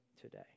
today